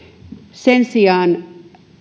sen sijaan